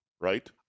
right